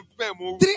Three